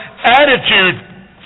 attitude